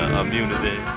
immunity